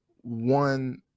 One